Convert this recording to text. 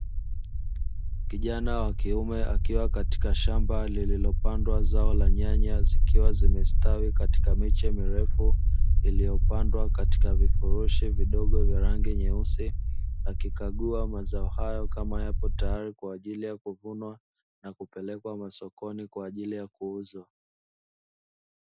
Kijana wa kiume akiwa katika shamba lililopandwa zao la nyanya, zikiwa zimestawi katika miche ya mirefu, iliyopandwa katika vifurushi vidogo vya rangi nyeusi, akikagua mazao hayo kama yapo tayari kwa ajili ya kuvunwa na kupelekwa masokoni kwa ajili ya kuuzwa.